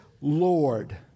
Lord